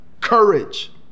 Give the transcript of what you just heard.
courage